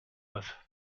with